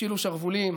שתפשילו שרוולים,